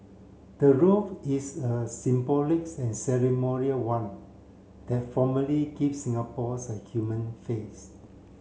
the role is a symbolic and ceremonial one that formally gives Singapore's a human face